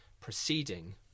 proceeding